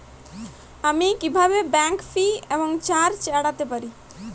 আমি কিভাবে bank fee এবং চার্জ এড়াতে পারি?